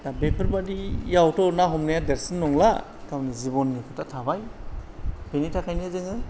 दा बेफोरबादियावथ' ना हमनाया देरसिन नंला गावनि जिबननि खोथा थाबाय बेनिथाखायनो जोङो